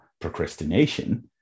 procrastination